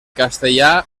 castellà